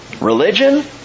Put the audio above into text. Religion